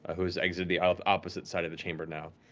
who's exited the ah the opposite side of the chamber now.